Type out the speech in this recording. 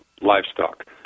livestock